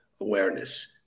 awareness